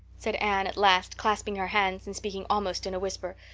said anne at last, clasping her hands and speaking almost in a whisper,